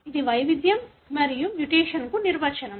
ఇది వైవిధ్యం మరియు మ్యుటేషన్కు నిర్వచనం